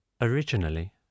Originally